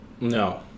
No